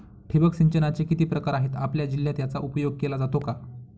ठिबक सिंचनाचे किती प्रकार आहेत? आपल्या जिल्ह्यात याचा उपयोग केला जातो का?